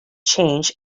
change